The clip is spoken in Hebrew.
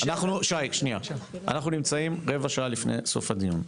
שי, אנחנו נמצאים רבע שעה לפני סוף הדיון.